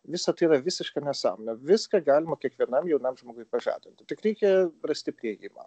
visa tai yra visiška nesąmonė viską galima kiekvienam jaunam žmogui pažadinti tik reikia rasti priėjimą